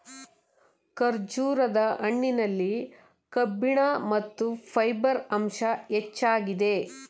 ಖರ್ಜೂರದ ಹಣ್ಣಿನಲ್ಲಿ ಕಬ್ಬಿಣ ಮತ್ತು ಫೈಬರ್ ಅಂಶ ಹೆಚ್ಚಾಗಿದೆ